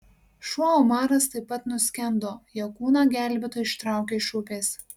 šuo omaras taip pat nuskendo jo kūną gelbėtojai ištraukė iš upės